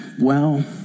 Well